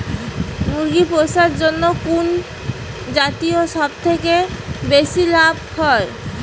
মুরগি পুষার জন্য কুন জাতীয় সবথেকে বেশি লাভ হয়?